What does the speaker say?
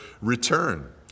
return